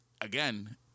again